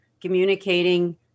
communicating